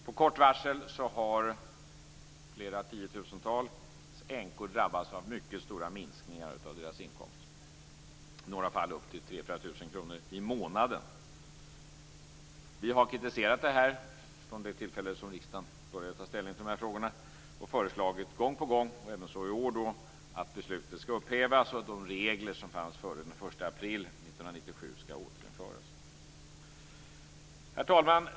Med kort varsel har flera tiotusentals änkor drabbats av mycket stora minskningar av inkomsten, i flera fall upp till 3 000-4 000 kr i månaden. Vi har kritiserat det här från det tillfälle då riksdagen började ta ställning till de här frågorna och föreslagit gång på gång, och även i år, att beslutet skall upphävas och att de regler som fanns före den 1 april Herr talman!